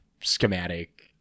schematic